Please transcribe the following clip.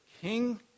King